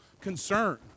concern